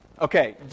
Okay